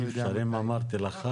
אם אתה לא מאפשר יותר זה,